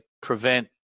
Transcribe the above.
prevent